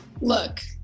look